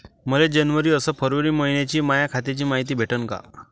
मले जनवरी अस फरवरी मइन्याची माया खात्याची मायती भेटन का?